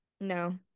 no